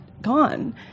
gone